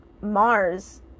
Mars